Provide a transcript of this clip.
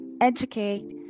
educate